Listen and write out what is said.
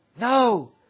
No